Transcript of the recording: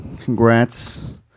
Congrats